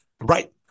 Right